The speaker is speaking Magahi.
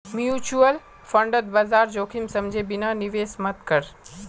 म्यूचुअल फंडत बाजार जोखिम समझे बिना निवेश मत कर